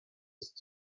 ist